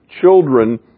children